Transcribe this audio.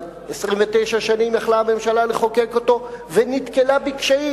אבל 29 שנים יכלה הממשלה לחוקק אותו ונתקלה בקשיים.